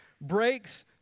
breaks